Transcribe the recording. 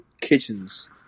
kitchens